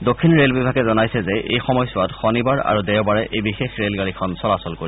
দক্ষিণ ৰেল বিভাগে জনাইছে যে এই সময়ছোৱাত শনিবাৰ আৰু দেওবাৰে এই বিশেষ ৰেলগাডীখন চলাচল কৰিব